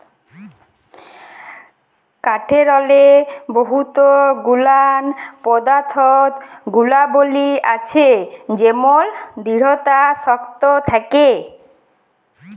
কাঠেরলে বহুত গুলান পদাথ্থ গুলাবলী আছে যেমল দিঢ়তা শক্ত থ্যাকে